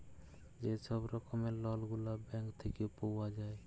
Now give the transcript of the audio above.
যে ছব রকমের লল গুলা ব্যাংক থ্যাইকে পাউয়া যায়